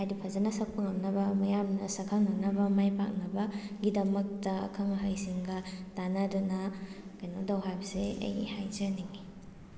ꯍꯥꯏꯗꯤ ꯐꯖꯅ ꯁꯛꯄ ꯉꯝꯅꯕ ꯃꯤꯌꯥꯝꯅ ꯁꯛꯈꯪꯅꯅꯕ ꯃꯥꯏ ꯄꯥꯛꯅꯕ ꯒꯤꯗꯃꯛꯇ ꯑꯈꯪ ꯑꯍꯩꯁꯤꯡꯒ ꯇꯥꯟꯅꯗꯨꯅ ꯀꯩꯅꯣ ꯇꯧ ꯍꯥꯏꯕꯁꯦ ꯑꯩ ꯍꯥꯏꯖꯅꯤꯉꯤ